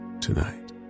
tonight